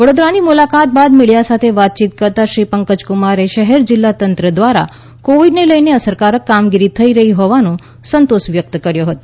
વડોદરાની મુલાકાત બાદ મીડિયા સાથે વાતચીત કરતાં પંકજ કુમારે શહેર જિલ્લા તંત્ર દ્વારા કોવિડને લઈને અસરકારક કામગીરી થઈ રહી હોવાનો સંતોષ વ્યક્ત કર્યો હતો